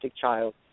child